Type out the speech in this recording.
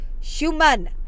human